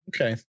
Okay